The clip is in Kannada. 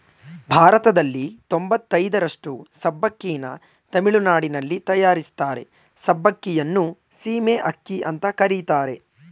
ಭಾರತದಲ್ಲಿ ತೊಂಬತಯ್ದರಷ್ಟು ಸಬ್ಬಕ್ಕಿನ ತಮಿಳುನಾಡಲ್ಲಿ ತಯಾರಿಸ್ತಾರೆ ಸಬ್ಬಕ್ಕಿಯನ್ನು ಸೀಮೆ ಅಕ್ಕಿ ಅಂತ ಕರೀತಾರೆ